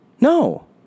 No